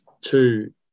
two